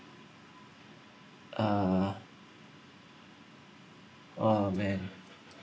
uh uh man